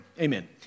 Amen